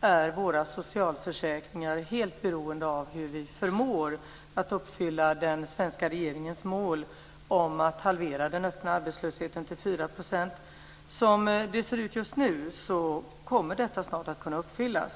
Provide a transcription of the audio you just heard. är våra socialförsäkringar helt beroende av hur vi förmår uppfylla den svenska regeringens mål om att halvera den öppna arbetslösheten till 4 %. Som det ser ut just nu kommer detta snart att kunna uppfyllas.